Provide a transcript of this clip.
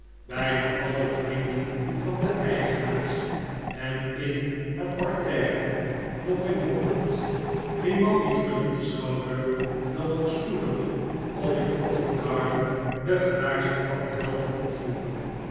bijna alle vrienden van de eigenaars en in het parterre nog geen honderd grimaldi verliet den schouwburg dan ook spoedig om in covent garden de gelaarsde kat te helpen opvoeren